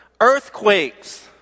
earthquakes